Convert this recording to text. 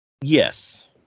Yes